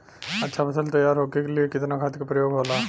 अच्छा फसल तैयार होके के लिए कितना खाद के प्रयोग होला?